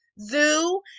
Zoo